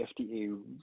FDA